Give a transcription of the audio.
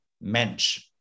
mensch